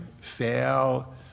fail